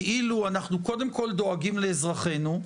כאילו אנחנו קודם כל דואגים לאזרחנו,